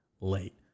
late